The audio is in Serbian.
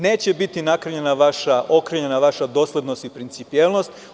Neće biti okrnjena vaša doslednost i principijelnost.